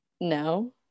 no